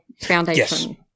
Foundation